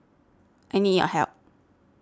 I need your help